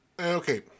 Okay